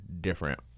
different